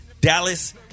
Dallas